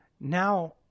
now